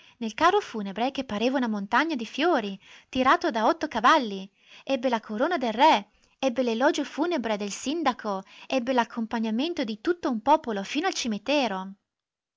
nel carro funebre che pareva una montagna di fiori tirato da otto cavalli ebbe la corona del re ebbe l'elogio funebre del sindaco ebbe l'accompagnamento di tutto un popolo fino al cimitero